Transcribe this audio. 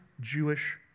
Jewish